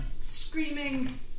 screaming